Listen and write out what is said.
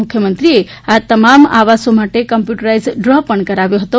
મુખ્યમંત્રીશ્રીએ આ તમામ આવાસો માટેનો કમ્પ્યુટરાઇઝડ ડ્રો પણ કરાવ્યો હતો